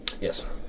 Yes